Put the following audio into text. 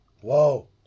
Whoa